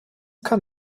kann